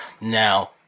Now